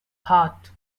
heart